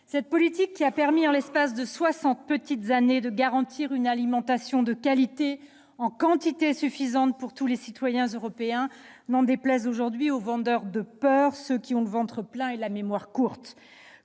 ? Elle a permis, en l'espace de soixante petites années, de garantir une alimentation de qualité et en quantité suffisante pour tous les citoyens européens. N'en déplaise aujourd'hui aux vendeurs de peurs, ceux qui ont le ventre plein et la mémoire courte